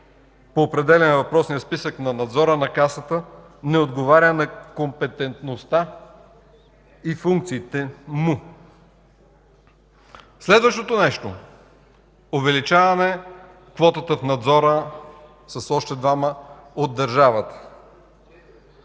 по определяне на въпросния списък на Надзора на Касата не отговаря на компетентността и функциите му. Следващото нещо – увеличаване квотата в Надзора с още двама от държавата,